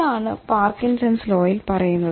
ഇതാണ് പാർക്കിൻസൺസ് ലോയിൽ പറയുന്നത്